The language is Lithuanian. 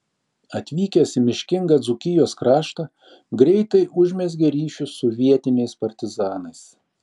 atvykęs į miškingą dzūkijos kraštą greitai užmezgė ryšius su vietiniais partizanais